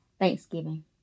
Thanksgiving